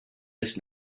his